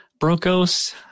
Brokos